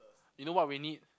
you know what we need